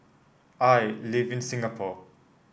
I live in Singapore